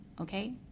okay